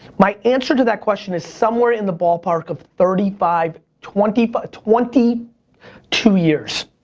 my answer to that question is somewhere in the ballpark of thirty five, twenty, but twenty two years,